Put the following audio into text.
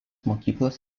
mokyklos